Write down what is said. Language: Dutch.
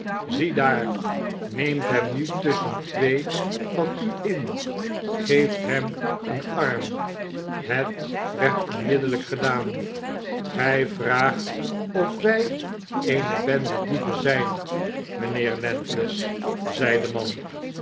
daar neemt hem nu tusschen twee van u in geeft hem een arm i het werd onmiddellijk gedaan grjj vraagt of wg eene bende dieven zijn mynheer landless zei de man